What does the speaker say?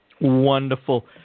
Wonderful